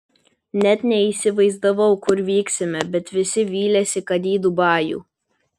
neįsivaizdavau kur vyksime bet visi vylėsi kad į dubajų